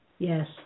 Yes